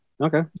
Okay